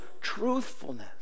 truthfulness